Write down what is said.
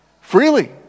freely